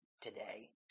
today